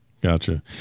Gotcha